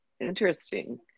Interesting